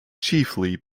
chiefly